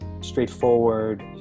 straightforward